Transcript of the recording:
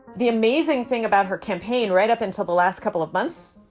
the amazing thing about her campaign, right up until the last couple of months,